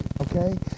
okay